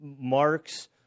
marks